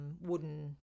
wooden